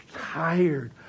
tired